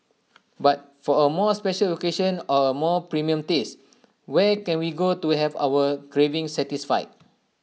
but for A more special occasion or A more premium taste where can we go to have our craving satisfied